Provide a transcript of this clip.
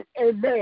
Amen